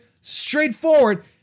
straightforward